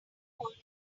pulled